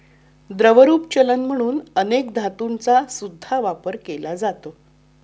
द्रवरूप चलन म्हणून अनेक धातूंचा सुद्धा वापर केला जातो